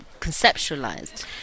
conceptualized